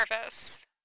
nervous